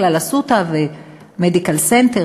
אלה בדרך כלל "אסותא" ו"מדיקל סנטר",